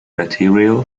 material